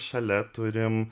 šalia turim